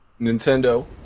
Nintendo